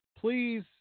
please